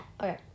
Okay